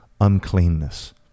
uncleanness